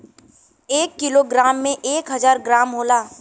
एक kilogram में एक हजार ग्राम होला